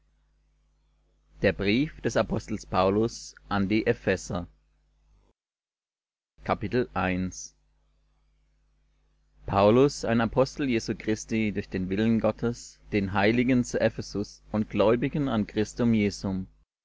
der brief des paulus an die epheser paulus ein apostel jesu christi durch den willen gottes den heiligen zu ephesus und gläubigen an christum jesum